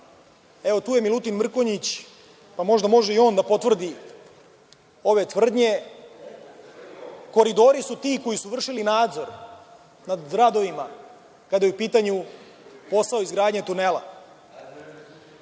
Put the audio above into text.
evo, tu je Milutin Mrkonjić, pa možda može i on da potvrdi ove tvrdnje, koridori su ti koji su vršili nadzor nad gradovima, kada je u pitanju posao izgradnje tunela. Zorana